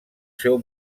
seu